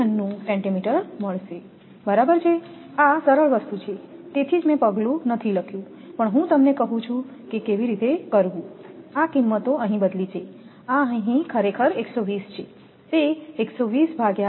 96 centimetre મળશે બરાબર છે આ સરળ વસ્તુ છે તેથી જ મેં પગલું નથી લખ્યું પણ હું તમને કહું છું કે કેવી રીતે કરવું આ કિંમતો અહીં બદલી છે આ અહીં ખરેખર 120 છે તે બનશે 2